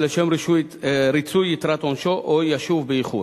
לשם ריצוי יתרת עונשו או ישוב באיחור